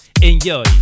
Enjoy